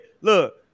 Look